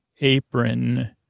apron